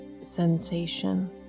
sensation